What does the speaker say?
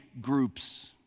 groups